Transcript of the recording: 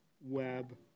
web